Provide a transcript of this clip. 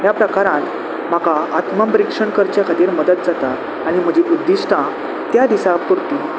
ह्या प्रकारान म्हाका आत्मपरिक्षण करचे खातीर मदत जाता आनी म्हजी उद्दिश्टां त्या दिसा पुरर्ती